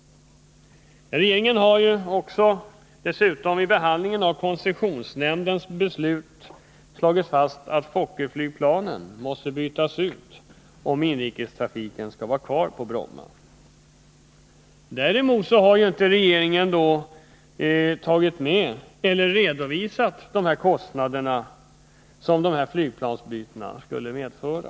Regeringen har dessutom vid behandlingen av koncessionsnämndens beslut slagit fast att Fokkerflygplanen måste bytas ut, om inrikestrafiken skall vara kvar på Bromma. Däremot har regeringen inte redovisat de kostnader som dessa flygplansbyten skulle medföra.